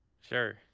sure